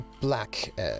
black